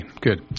good